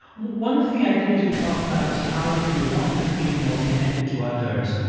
one of the ideas you talk about is how, if you want to feel more connected to others,